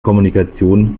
kommunikation